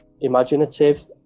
imaginative